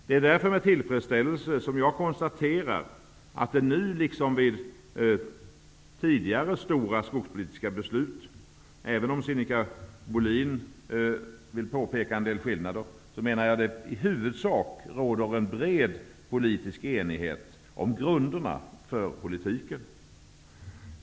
Det är därför som jag med tillfredsställelse konstaterar att det nu, liksom vid tidigare stora skogspolitiska beslut -- även om Sinikka Bohlin vill framhålla en del skillnader -- i huvudsak råder bred politisk enighet om grunderna för politiken.